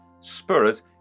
spirit